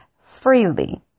freely